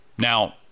now